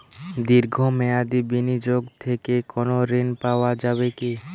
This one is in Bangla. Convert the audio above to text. দীর্ঘ মেয়াদি বিনিয়োগ থেকে কোনো ঋন পাওয়া যাবে কী?